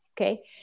okay